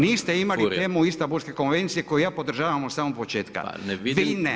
Niste imali temu Istanbulske konvencije koju ja podržavam od samog početka, vi ne.